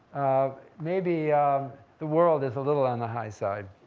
maybe the world is a little on the high side,